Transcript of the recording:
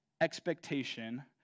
expectation